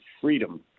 freedom